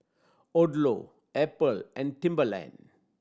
Odlo Apple and Timberland